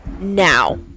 now